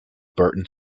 burton